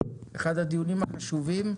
אחד הדיונים החשובים,